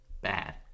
bad